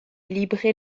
libre